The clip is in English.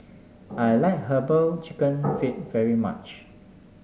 I like herbal chicken feet very much